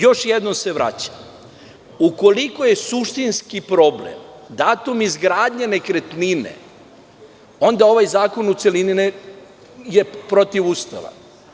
Još jednom se vraćam, ukoliko je suštinski problem datum izgradnje nekretnine, onda ovaj zakon u celini je protivustavan.